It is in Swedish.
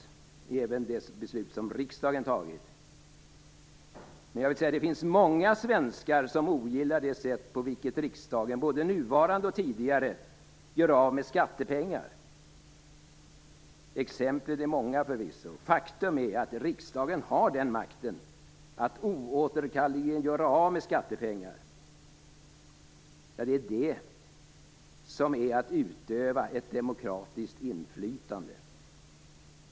Det gäller även de beslut som riksdagen fattat. Men det finns många svenskar som ogillar det sätt på vilket riksdagen, både den nuvarande och tidigare, gör av med skattepengar. Exemplen är många. Faktum är att riksdagen har den makten att oåterkalleligen göra av med skattepengar. Det är det som är att utöva ett demokratiskt inflytande.